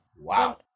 Wow